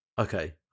okay